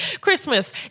Christmas